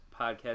podcast